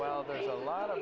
well there is a lot of